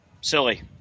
silly